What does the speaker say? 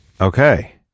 okay